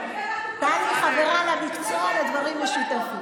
טלי חברה למקצוע ולדברים משותפים.